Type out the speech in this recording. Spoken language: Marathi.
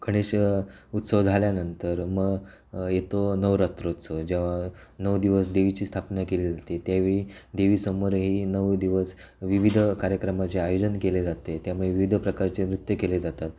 गणेश उत्सव झाल्यानंतर मग येतो नवरात्र उत्सव जेव्हा नऊ दिवस देवीची स्थापना केली जाते त्या वेळी देवीसमोरही नऊ दिवस विविध कार्यक्रमाचे आयोजन केले जाते त्यामुये विविध प्रकारचे नृत्य केले जातात